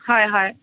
হয় হয়